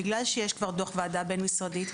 כיוון שיש כבר דוח ועדה בין משרדית,